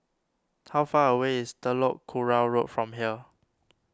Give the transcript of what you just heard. how far away is Telok Kurau Road from here